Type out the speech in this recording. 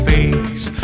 Face